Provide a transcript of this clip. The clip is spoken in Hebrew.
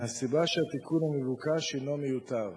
מהסיבה שהתיקון המבוקש הינו מיותר,